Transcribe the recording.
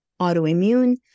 autoimmune